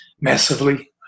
massively